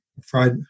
fried